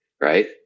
right